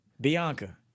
Bianca